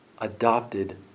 Adopted